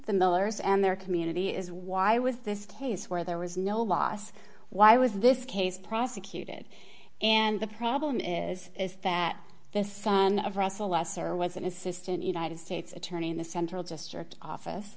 the millers and their community is why was this case where there was no loss why was this case prosecuted and the problem is is that this son of russell lesser was an assistant united states attorney in the central district office